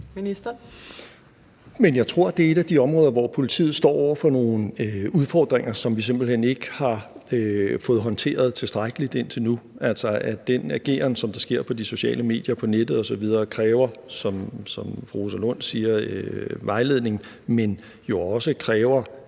Men jeg tror, det er et af de områder, hvor politiet står over for nogle udfordringer, som vi simpelt hen ikke har fået håndteret tilstrækkeligt indtil nu. Altså, den ageren, der er på de sociale medier, på nettet osv., kræver – som fru Rosa Lund siger – vejledning, men den kræver